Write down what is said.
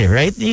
right